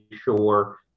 sure